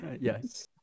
Yes